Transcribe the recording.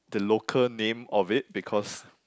the local name of it because